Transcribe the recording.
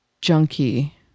Junkie